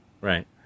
Right